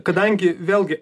kadangi vėlgi